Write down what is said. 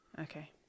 Okay